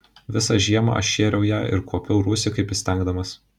visą žiemą aš šėriau ją ir kuopiau rūsį kaip įstengdamas